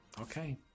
okay